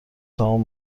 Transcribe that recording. تمام